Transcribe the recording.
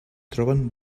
troben